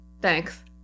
Thanks